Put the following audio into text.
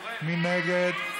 מי נגד?